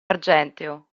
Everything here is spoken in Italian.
argenteo